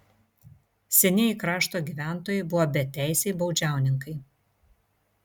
senieji krašto gyventojai buvo beteisiai baudžiauninkai